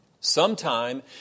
Sometime